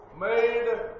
made